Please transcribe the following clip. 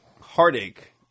heartache